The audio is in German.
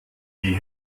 die